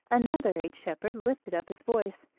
another aged shepherd, lifted up his voice.